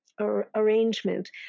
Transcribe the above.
arrangement